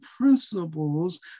principles